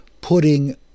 putting